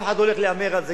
אף אחד לא הולך להמר על זה,